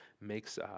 makes